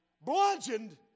bludgeoned